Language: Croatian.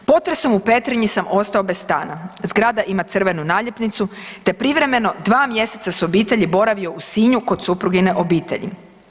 Potresom u Petrinji sam ostao bez stana, zgrada ima crvenu naljepnicu, te privremeno dva mjeseca sa obitelji boravio u Sinju kod suprugine obitelji.